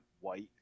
white